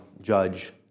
judge